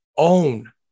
own